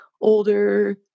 older